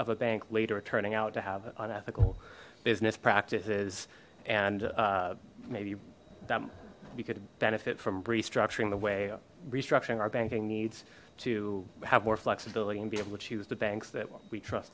of a bank later turning out to have unethical business practices and maybe them we could benefit from restructuring the way restructuring our banking needs to have more flexibility and be able to choose the banks that we trust